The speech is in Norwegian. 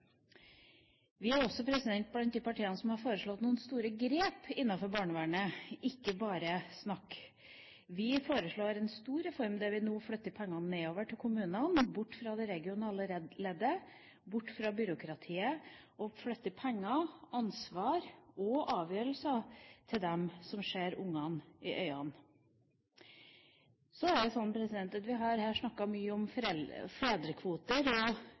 Vi er også blant de partiene som har foreslått noen store grep innenfor barnevernet, ikke bare snakk. Vi foreslår nå en stor reform, der vi flytter pengene nedover til kommunene, bort fra det regionale leddet, bort fra byråkratiet. Vi flytter penger, ansvar og avgjørelser til dem som ser ungene i øynene. Så er det sånn at vi her har snakket veldig mye om fedrekvoter og